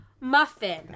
muffin